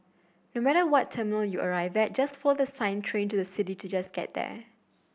no matter what terminal you arrive at just follow the sign Train to the City to just get there